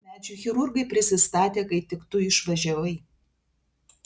medžių chirurgai prisistatė kai tik tu išvažiavai